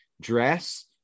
dress